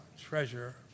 treasure